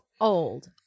old